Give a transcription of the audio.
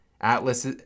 atlas